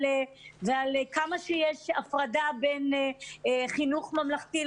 ועל כמה שיש הפרדה בין חינוך ממלכתי,